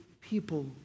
people